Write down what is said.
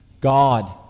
God